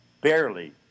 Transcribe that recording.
barely